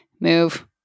move